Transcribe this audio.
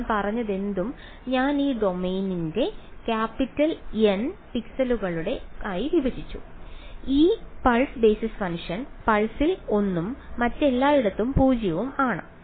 ഞാൻ പറഞ്ഞതെന്തും ഞാൻ ഈ ഡൊമെയ്നെ ക്യാപിറ്റൽ N പിക്സലുകളായി വിഭജിച്ചു ഈ പൾസ് ബേസിസ് ഫംഗ്ഷൻ nth പൾസിൽ 1 ഉം മറ്റെല്ലായിടത്തും 0 ഉം ആണ്